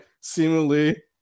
seemingly